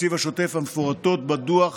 בתקציב השוטף המפורטות בדוח